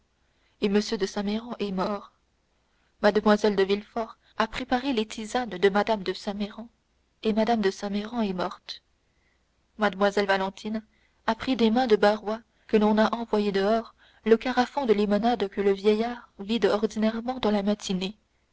et m de saint méran est mort mlle de villefort a préparé les tisanes de mme de saint méran et mme de saint méran est morte mlle de villefort a pris des mains de barrois que l'on a envoyé dehors le carafon de limonade que le vieillard vide ordinairement dans la matinée